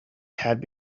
had